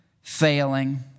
failing